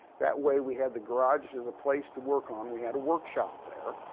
that way we had the garage as a place to work on, we had a workshop there,